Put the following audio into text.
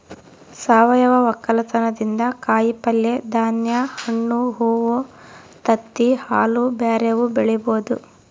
ಸಾವಯವ ವಕ್ಕಲತನದಿಂದ ಕಾಯಿಪಲ್ಯೆ, ಧಾನ್ಯ, ಹಣ್ಣು, ಹೂವ್ವ, ತತ್ತಿ, ಹಾಲು ಬ್ಯೆರೆವು ಬೆಳಿಬೊದು